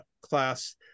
class